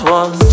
one